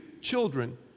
children